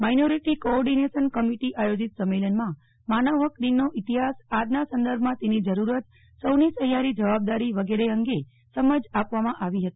minority coordination committee આયોજિત સંમેલનમાં માનવ હક દિનનો ઈતિહાસ આજના સંદર્ભમાં તેની જરૂરત સૌની સહિયારી જવાબદારી વિગેરે અંગે સમાજ આપવામાં આવી હતી